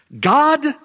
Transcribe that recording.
God